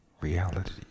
reality